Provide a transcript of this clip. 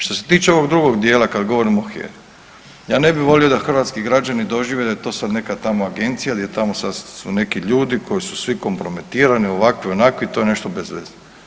Što se tiče ovog drugog dijela kad govorim o HERI ja ne bih volio da hrvatski građani dožive da je to sad neka agencija gdje tamo sad su neki ljudi koji su svi kompromitirani, ovakvi, onakvi, to je nešto bez veze.